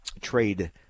trade